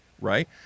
right